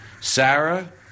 Sarah